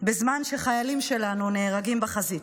בזמן שחיילים שלנו נהרגים בחזית.